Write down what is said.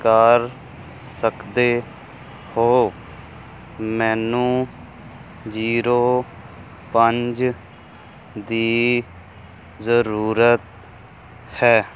ਕਰ ਸਕਦੇ ਹੋ ਮੈਨੂੰ ਜ਼ੀਰੋ ਪੰਜ ਦੀ ਜ਼ਰੂਰਤ ਹੈ